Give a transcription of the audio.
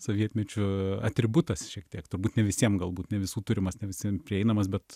sovietmečiu atributas šiek tiek turbūt ne visiem galbūt ne visų turimas ne visiem prieinamas bet